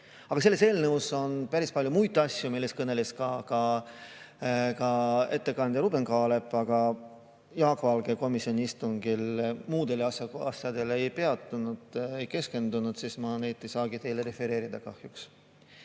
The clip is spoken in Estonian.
selles eelnõus on päris palju muid asju, millest kõneles ka ettekandja Ruuben Kaalep. Aga Jaak Valge komisjoni istungil muudel asjadel ei peatunud, neile ei keskendunud, nii et ma neid ei saagi teile kahjuks